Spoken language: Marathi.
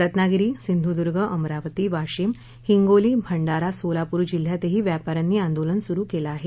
रत्नागिरी सिंधुदुर्ग अमरावती वाशिम हिंगोली भंडारा सोलापूर जिल्ह्यातही व्यापा यांनी आंदोलन सुरु केलं आहे